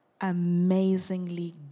amazingly